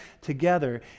together